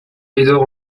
médor